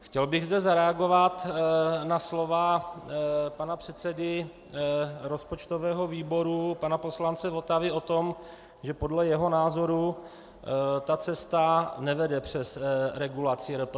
Chtěl bych zde zareagovat na slova předsedy rozpočtového výboru pana poslance Votavy o tom, že podle jeho názoru cesta nevede přes regulaci RPSN.